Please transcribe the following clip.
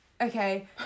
okay